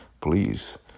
please